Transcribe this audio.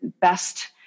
best